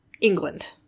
England